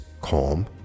calm